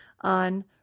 on